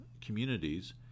communities